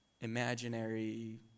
imaginary